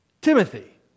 Timothy